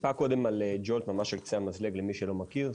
טיפה קודם על JOLT על קצה המזלג למי שלא מכיר,